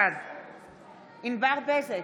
בעד ענבר בזק,